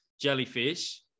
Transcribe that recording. jellyfish